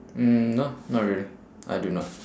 mm no not really I do not